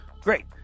Great